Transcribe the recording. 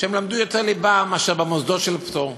שלמדו יותר ליבה מאשר במוסדות של פטור,